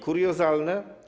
Kuriozalne?